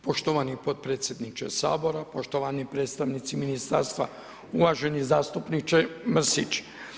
Poštovani potpredsjedniče Sabora, poštovani predstavnici Ministarstva, uvaženi zastupniče Mrsić.